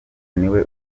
niwe